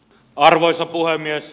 arvoisa puhemies